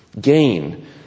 gain